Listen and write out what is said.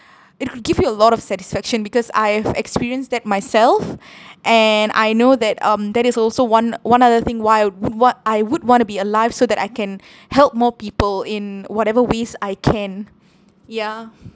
it could give you a lot of satisfaction because I have experienced that myself and I know that um that is also one one other thing why what I would want to be alive so that I can help more people in whatever ways I can ya